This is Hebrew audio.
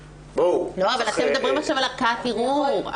--- אבל אתם מדברים עכשיו על ערכאת ערעור.